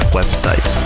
website